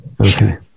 Okay